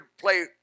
play